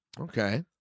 Okay